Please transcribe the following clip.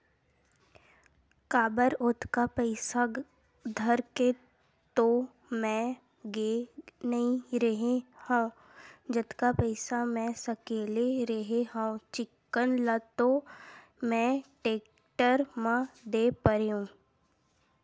काबर ओतका पइसा धर के तो मैय गे नइ रेहे हव जतका पइसा मै सकले रेहे हव चिक्कन ल तो मैय टेक्टर म दे परेंव